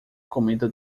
comida